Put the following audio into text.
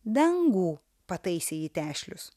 dangų pataisė jį tešlius